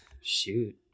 shoot